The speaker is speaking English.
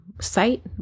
site